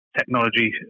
technology